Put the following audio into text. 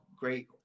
great